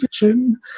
vision